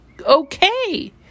okay